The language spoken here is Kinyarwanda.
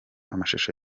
amashusho